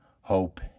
hope